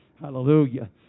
Hallelujah